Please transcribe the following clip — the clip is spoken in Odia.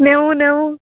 ନେବୁ ନେବୁ